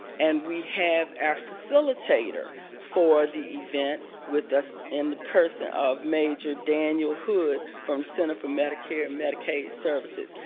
and we have our facilitator for the event with us in the person of major daniel hood from center for medicare and medicaid services.